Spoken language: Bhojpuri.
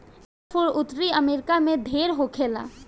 एकर फूल उत्तरी अमेरिका में ढेर होखेला